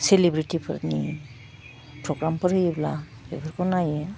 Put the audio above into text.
सिलिब्रेटिफोरनि प्रग्रामफोर होयोब्ला बेफोरखौ नायो